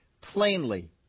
plainly